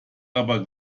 aber